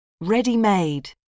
ready-made